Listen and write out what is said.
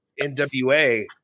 nwa